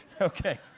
Okay